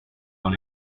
dans